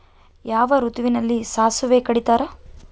ಯಾವ ಋತುವಿನಲ್ಲಿ ಸಾಸಿವೆ ಕಡಿತಾರೆ?